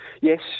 Yes